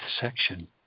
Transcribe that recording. section